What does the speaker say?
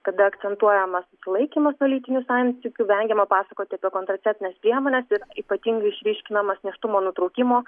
kada akcentuojamas laikymas nuo lytinių santykių vengiama pasakoti apie kontraceptines priemones ir ypatingai išryškinamas nėštumo nutraukimo